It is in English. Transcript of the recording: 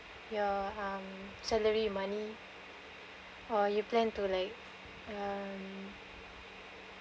your um salary your money or you plan to like um